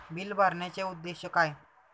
Bill भरण्याचे उद्देश काय?